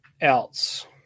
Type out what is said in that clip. else